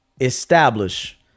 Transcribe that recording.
establish